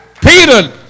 Peter